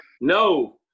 No